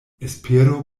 espero